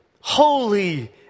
holy